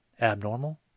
abnormal